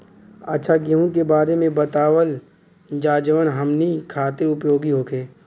अच्छा गेहूँ के बारे में बतावल जाजवन हमनी ख़ातिर उपयोगी होखे?